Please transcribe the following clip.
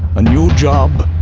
a new job,